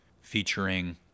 featuring